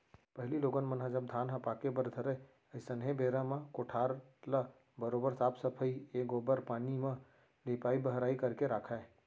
पहिली लोगन मन ह जब धान ह पाके बर धरय अइसनहे बेरा म कोठार ल बरोबर साफ सफई ए गोबर पानी म लिपाई बहराई करके राखयँ